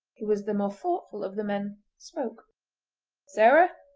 who was the more thoughtful of the men, spoke sarah!